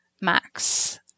Max